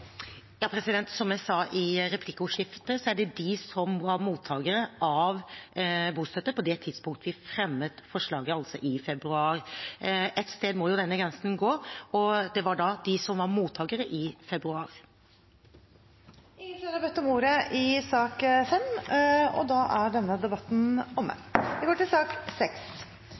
det de som var mottakere av bostøtte på det tidspunktet vi fremmet forslaget, altså i februar. Ett sted må jo denne grensen gå, og det er ved dem som var mottakere i februar. Flere har ikke bedt om ordet til sak nr. 5. Etter ønske fra næringskomiteen vil presidenten foreslå at taletiden blir begrenset til